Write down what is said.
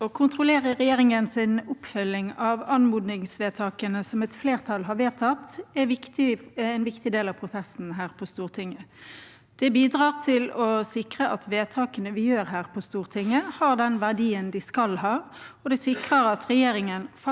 Å kontrollere regjeringens oppfølging av anmodningsvedtakene et flertall har vedtatt, er en viktig del av prosessen her på Stortinget. Det bidrar til å sikre at vedtakene vi gjør her på Stortinget, har den verdien de skal ha, og det sikrer at regjeringen faktisk